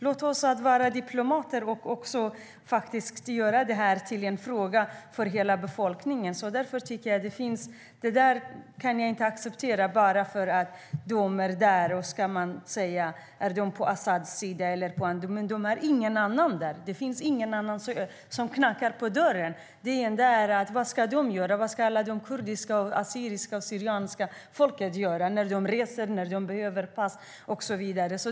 Låt oss vara diplomater och göra det till en fråga för hela befolkningen. Jag kan inte acceptera att bara för att de är där är de på al-Asads sida. Det finns ingen annan som knackar på dörren. Vad ska det kurdiska, assyriska och syrianska folket göra när de reser och behöver pass?